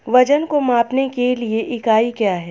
वजन को मापने के लिए इकाई क्या है?